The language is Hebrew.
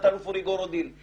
תת-אלוף אורי גורדין.